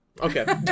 Okay